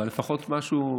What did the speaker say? לפחות משהו,